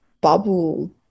bubble